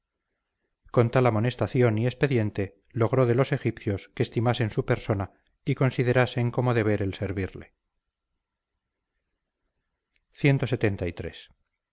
tal amonestación y expediente logró de los egipcios que estimasen su persona y considerasen como deber el servirle clxxiii